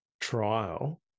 trial